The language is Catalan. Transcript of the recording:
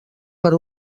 per